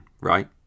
right